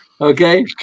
okay